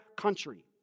country